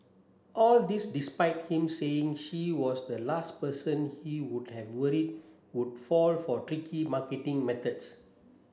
all this despite him saying she was the last person he would have worried would fall for tricky marketing methods